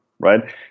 Right